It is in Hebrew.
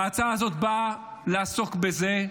וההצעה הזאת בא לעסוק בזה,